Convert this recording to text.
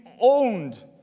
owned